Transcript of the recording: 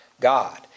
god